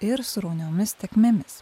ir srauniomis tėkmėmis